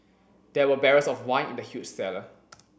there were barrels of wine in the huge cellar